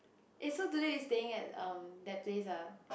eh so today you staying at um that place ah